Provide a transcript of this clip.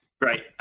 right